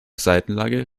seitenlage